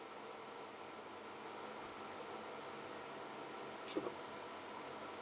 sure